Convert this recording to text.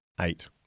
eight